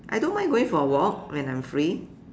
I don't mind going for a walk when I'm free